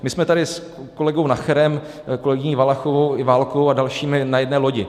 My jsme tady s kolegou Nacherem, kolegyní Valachovou i Válkovou a dalšími na jedné lodi.